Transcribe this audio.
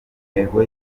ntego